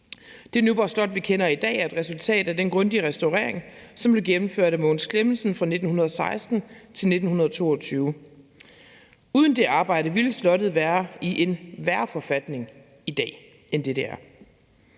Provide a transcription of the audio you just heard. Det Nyborg Slot, vi kender i dag, er et resultat af den grundige restaurering, som blev gennemført af Mogens Clemmensen fra 1916 til 1922. Uden det arbejde ville slottet være i en værre forfatning i dag, end det er.